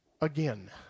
again